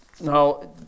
Now